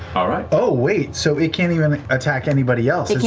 oh, wait, so it can't even attack anybody else?